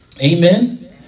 Amen